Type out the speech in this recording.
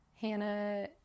Hannah